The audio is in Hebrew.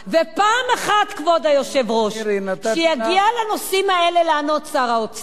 פעם אחת, כבוד היושב-ראש, שיגיע שר האוצר